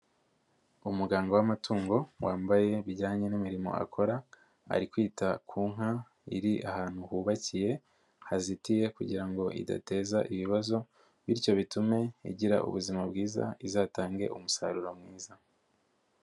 Umuganga w'amatungo wambaye bijyanye n'imirimo akora ari kwita ku nka iri ahantu hubakiye hazitiye kugira ngo idateza ibibazo bityo bitume igira ubuzima bwiza izatange umusaruro mwiza.